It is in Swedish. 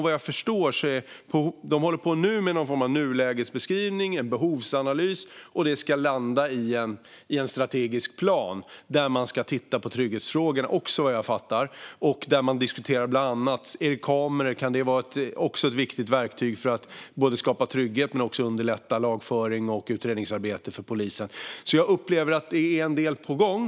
Vad jag förstår håller de nu på med någon form av nulägesbeskrivning och behovsanalys som ska landa i en strategisk plan. Där ska man, vad jag förstått, titta på trygghetsfrågorna och bland annat diskutera om kameror kan vara ett viktigt verktyg för att skapa trygghet men också underlätta lagföring och utredningsarbete för polisen. Jag upplever alltså att en del är på gång.